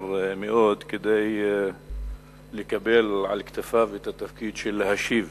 מאוד לקבל על כתפיו את התפקיד של להשיב